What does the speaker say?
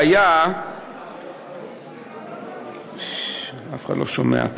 שהיה, ששש, אף אחד לא שומע.